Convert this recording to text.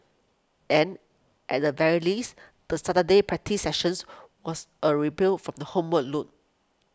and at the very least the Saturday practice sessions was a ray built from the homework load